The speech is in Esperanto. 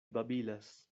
babilas